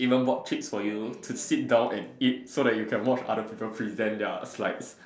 even bought chips for you to sit down and eat so that you can watch other people present their slides